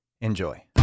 Enjoy